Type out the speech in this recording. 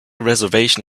reservation